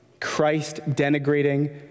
Christ-denigrating